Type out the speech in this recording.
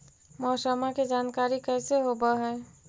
मौसमा के जानकारी कैसे होब है?